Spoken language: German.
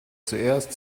zuerst